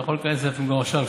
אתה יכול להיכנס גם עכשיו.